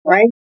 Right